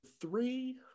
three